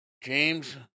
James